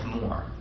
more